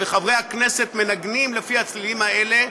וחברי הכנסת מנגנים לפי הצלילים האלה,